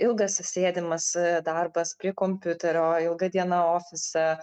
ilgas sėdimas darbas prie kompiuterio ilga diena ofise